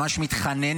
ממש מתחנן,